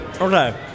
Okay